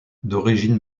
d’origine